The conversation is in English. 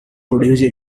produced